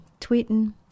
tweeting